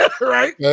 right